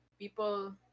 People